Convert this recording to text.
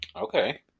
Okay